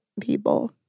people